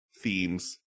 themes